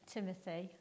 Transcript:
Timothy